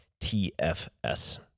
TFS